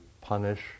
punish